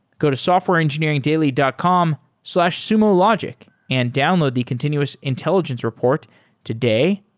go to softwareengineeringdaily dot com slash sumologic and download the continuous intelligence report today.